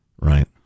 Right